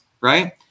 right